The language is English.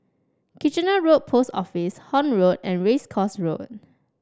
Kitchener Road Post Office Horne Road and Race Course Road